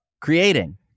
creating